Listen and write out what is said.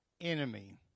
enemy